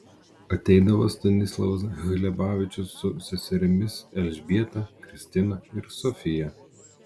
ateidavo stanislovas hlebavičius su seserimis elžbieta kristina ir sofija